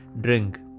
Drink